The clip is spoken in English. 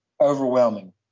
overwhelming